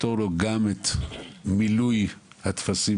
שיפטור אותו ממילוי יתר הטפסים